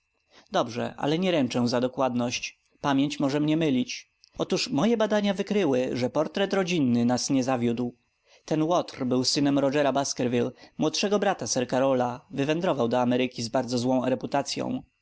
dobrze ale nie ręczę za dokładność pamięć może mnie mylić otóż moje badania wykryły że portret rodzinny nas nie zawiódł ten łotr był synem rogera baskerville młodszego brata sir karola wywędrował do ameryki z bardzo złą reputacyą